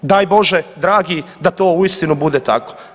Daj Bože dragi da to uistinu bude tako.